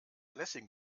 lessing